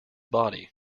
body